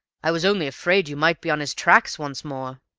i was only afraid you might be on his tracks once more!